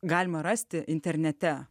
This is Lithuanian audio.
galima rasti internete